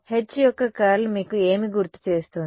H యొక్క curl మీకు ఏమి గుర్తుచేస్తుంది